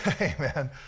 Amen